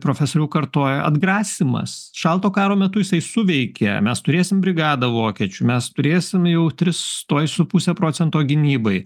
profesoriau kartoja atgrasymas šalto karo metu jisai suveikė mes turėsim brigadą vokiečių mes turėsim jau tris tuoj su puse procento gynybai